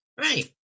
Right